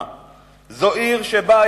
זו עיר שיש